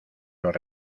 los